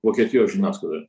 vokietijos žiniasklaidoj